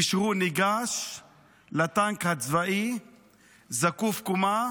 כשהוא ניגש לטנק הצבאי זקוף קומה.